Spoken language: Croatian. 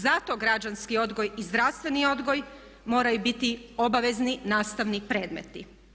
Zato građanski odgoj i zdravstveni odgoj moraju biti obavezni nastavni predmeti.